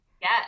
Yes